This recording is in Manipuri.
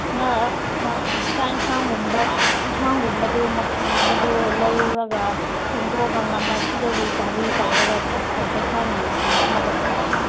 ꯍꯥꯏꯗꯤ ꯆꯥꯛ ꯌꯦꯟꯁꯥꯡꯒꯨꯝꯕ ꯌꯦꯟꯁꯥꯡꯒꯨꯝꯕꯗꯣ ꯃꯊꯦꯜꯒꯨꯝꯕꯗꯣ ꯂꯧꯔꯒ ꯊꯣꯡꯗꯣꯛꯑꯒ ꯉꯟꯅ ꯁꯤꯗꯒꯤ ꯒꯥꯔꯤ ꯇꯧꯔꯒ ꯆꯠꯈ꯭ꯔꯁꯦ ꯈꯔ ꯉꯟꯅ ꯍꯜꯂꯛꯅꯕꯀꯣ